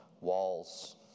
walls